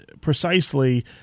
precisely –